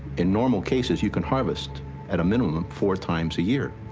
in normal cases, you can harvest at a minimum four times a year.